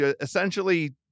essentially